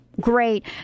Great